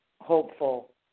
hopeful